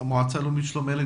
המועצה הלאומית לשלום הילד.